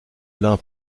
lin